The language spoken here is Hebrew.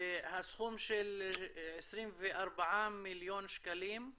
והסכום של 24 מיליון שקלים?